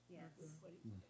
Yes